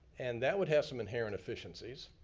and that would have some inherent efficiencies.